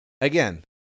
again